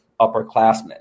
upperclassmen